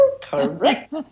correct